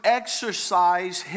exercise